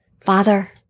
Father